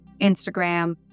Instagram